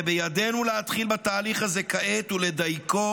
זה בידינו להתחיל בתהליך הזה כעת ולדייקו